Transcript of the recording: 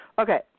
Okay